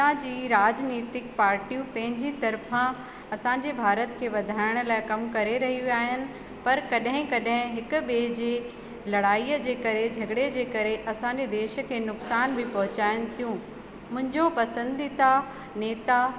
हितां जी राजनीतिक पाटियूं पंहिंजी तरफ़ां असांजे भारत खे वधायण लाइ कम करे रहियूं आहिनि पर कॾहिं कॾहिं हिक ॿिए जे लड़ाईअ जे करे झगिड़े जे करे असांजे देश खे नुक़सानु बि पोहचायनि थियूं मुंहिंजो पसंदीदा नेता